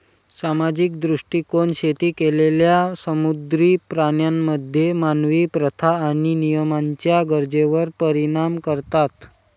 सामाजिक दृष्टीकोन शेती केलेल्या समुद्री प्राण्यांमध्ये मानवी प्रथा आणि नियमांच्या गरजेवर परिणाम करतात